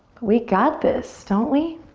we got this, don't we?